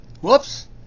Whoops